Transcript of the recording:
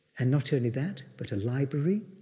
and not only that, but a library,